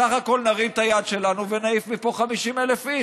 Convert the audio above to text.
בסך הכול נרים את היד שלנו ונעיף מפה 50,000 איש.